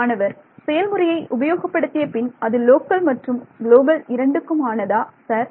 மாணவர் செயல்முறையை உபயோகப்படுத்திய பின் அது லோக்கல் மற்றும் குளோபல் இரண்டுக்குமானதா சார்